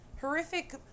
horrific